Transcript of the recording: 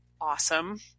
awesome